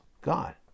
God